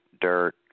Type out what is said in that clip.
dirt